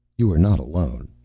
you are not alone.